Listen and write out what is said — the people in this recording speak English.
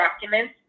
documents